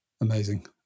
Amazing